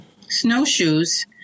snowshoes